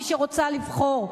מי שרוצה לבחור,